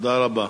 תודה רבה.